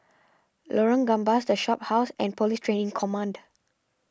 Lorong Gambas the Shophouse and Police Training Command